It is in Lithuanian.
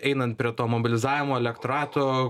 einant prie to mobilizavimo elektorato